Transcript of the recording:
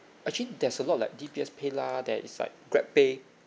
actually there's a lot like D_B_S paylah there is like grabpay